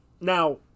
Now